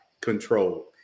control